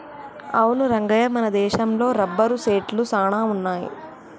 అవును రంగయ్య మన దేశంలో రబ్బరు సెట్లు సాన వున్నాయి